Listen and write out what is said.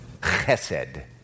Chesed